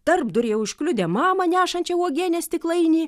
tarpduryje užkliudė mamą nešančią uogienės stiklainį